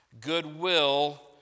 goodwill